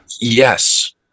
Yes